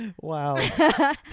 Wow